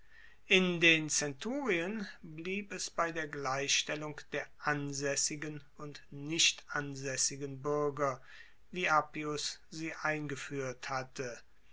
in den zenturien blieb es bei der gleichstellung der ansaessigen und nichtansaessigen buerger wie appius sie eingefuehrt hatte